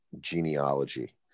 genealogy